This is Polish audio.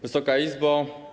Wysoka Izbo!